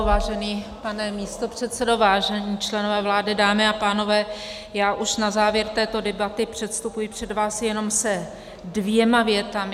Vážený pane místopředsedo, vážení členové vlády, dámy a pánové, já už na závěr této debaty předstupuji před vás jenom se dvěma větami.